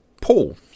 paul